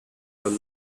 were